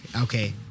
okay